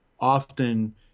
often